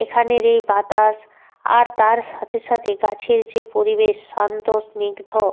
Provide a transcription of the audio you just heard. এখানের এই বাতাস আর তার সাথে সাথে গাছের যে পরিবেশ শান্ত স্নিগ্ধ